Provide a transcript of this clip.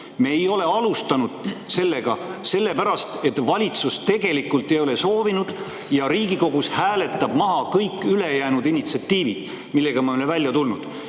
Me ei ole alustanud seda sellepärast, et valitsus tegelikult ei ole soovinud ja Riigikogu hääletab maha kõik ülejäänud initsiatiivid, millega me oleme välja tulnud.